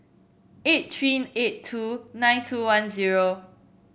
eight three eight two nine two one zero